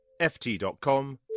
ft.com